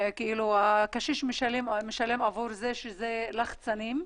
הקשיש משלם עבור לחצנים,